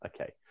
Okay